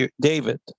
David